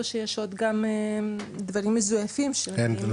או שיש גם עוד דברים מזויפים --- לא,